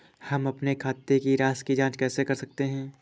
हम अपने खाते की राशि की जाँच कैसे कर सकते हैं?